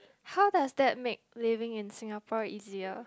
how does that make living in Singapore easier